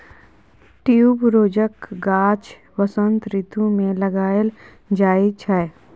ट्युबरोजक गाछ बसंत रितु मे लगाएल जाइ छै